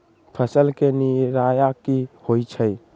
फसल के निराया की होइ छई?